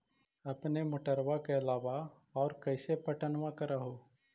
अपने मोटरबा के अलाबा और कैसे पट्टनमा कर हू?